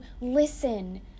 listen